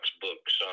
books